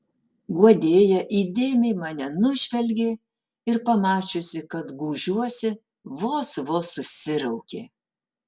guodėja įdėmiai mane nužvelgė ir pamačiusi kad gūžiuosi vos vos susiraukė